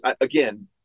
again